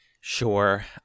Sure